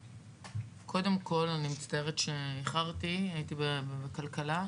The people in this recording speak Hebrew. קודם כול, אני מצטערת שאיחרתי, הייתי בכלכלה.